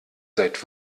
seit